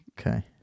Okay